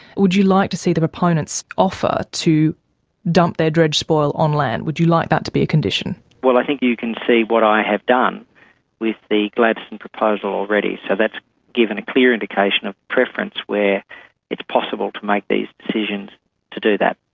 would you like to see the proponents offer to dump their dredge spoil on land, would you like that to be a condition? well, i think you can see what i have done with the gladstone proposal already, so that's given a clear indication of preference where it's possible to make these decisions to do that.